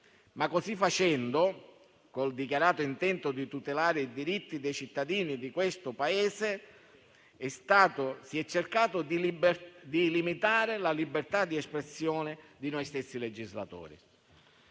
ma così facendo, col dichiarato intento di tutelare i diritti dei cittadini di questo Paese, si è cercato di limitare la libertà di espressione di noi stessi legislatori.